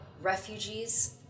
refugees